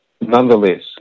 Nonetheless